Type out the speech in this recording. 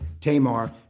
Tamar